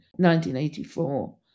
1984